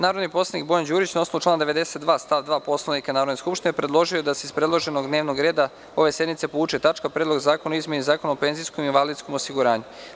Narodni poslanik Bojan Đurić, na osnovu člana 92. stav 2. Poslovnika Narodne skupštine, predložio je da se iz predloženog dnevnog reda ove sednice povuče tačka – Predlog zakona o izmeni Zakona o penzijskom i invalidskom osiguranju.